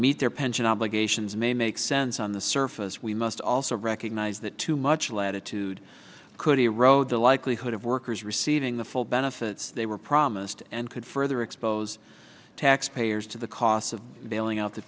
meet their pension obligations may make sense on the surface we must also recognize that too much latitude could erode the likelihood of workers receiving the full benefits they were promised and could further expose taxpayers to the costs of bailing out the